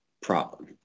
problem